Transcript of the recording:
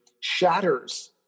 shatters